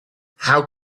how